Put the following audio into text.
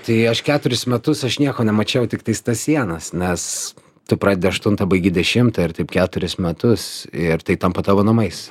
tai aš keturis metus aš nieko nemačiau tiktais tas sienas nes tu pradedi aštuntą baigi dešimtą ir taip keturis metus ir tai tampa tavo namais